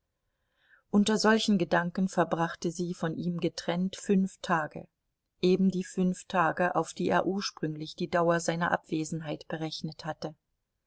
unter solchen gedanken verbrachte sie von ihm getrennt fünf tage eben die fünf tage auf die er ursprünglich die dauer seiner abwesenheit berechnet hatte